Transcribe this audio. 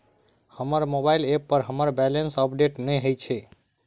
हमर mobile app पर हमर बैलेंस अपडेट नहि अछि